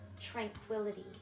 tranquility